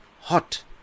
hot